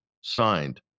signed